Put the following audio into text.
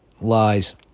lies